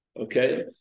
okay